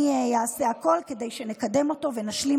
אני אעשה הכול כדי שנקדם אותו ונשלים